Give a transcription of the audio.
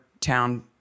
Town